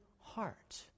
heart